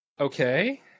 Okay